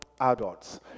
adults